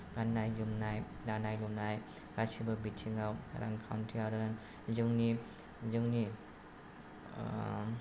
गान्नाय जोमनाय दानाय लुनाय गासैबो बिथिंआव रांखान्थियानो जोंनि जोंनि